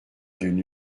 d’une